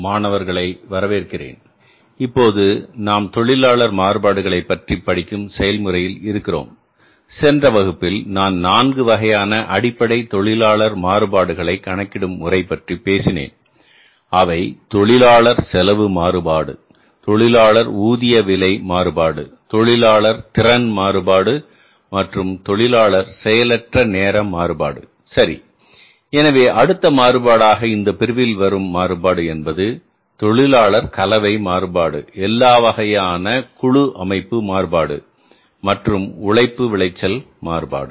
மாணவர்களை வரவேற்கிறேன் இப்போது நாம் தொழிலாளர் மாறுபாடுகளை பற்றி படிக்கும் செயல்முறையில் இருக்கிறோம் சென்ற வகுப்பில் நான் நான்கு வகையான அடிப்படை தொழிலாளர் மாறுபாடுகளை கணக்கிடும் முறை பற்றி பேசினேன் அவை தொழிலாளர் செலவு மாறுபாடு தொழிலாளர் ஊதிய விலை மாறுபாடு தொழிலாளர் திறன் மாறுபாடு மற்றும் தொழிலாளர் செயலற்ற நேர மாறுபாடு சரி எனவே அடுத்த மாறுபாடாக இந்த பிரிவில் வரும் மாறுபாடு என்பது தொழிலாளர் கலவை மாறுபாடு எல்லா வகையான குழு அமைப்பு மாறுபாடு மற்றும் உழைப்பு விளைச்சல் மாறுபாடு